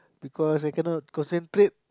because I cannot concentrate